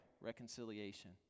reconciliation